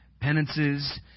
penances